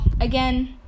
again